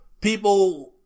people